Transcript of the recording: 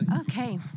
Okay